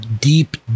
deep